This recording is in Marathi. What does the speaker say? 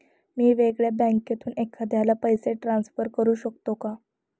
मी वेगळ्या बँकेतून एखाद्याला पैसे ट्रान्सफर करू शकतो का?